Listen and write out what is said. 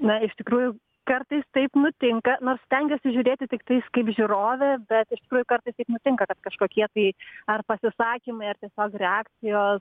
na iš tikrųjų kartais taip nutinka nors stengiuosi žiūrėti tiktais kaip žiūrovė bet iš tikrųjų kartais taip nutinka kad kažkokie tai ar pasisakymai ar tiesiog reakcijos